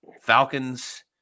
Falcons